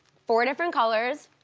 four different colors,